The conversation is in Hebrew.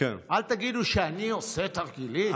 אל תגידו שאני עושה תרגילים.